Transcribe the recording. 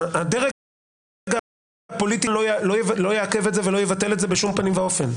הדרג הפוליטי כאן לא יעכב את זה ולא יבטל את זה בשום פנים ואופן,